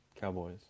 Cowboys